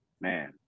man